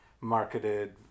marketed